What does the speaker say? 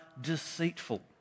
deceitful